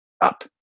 Up